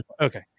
okay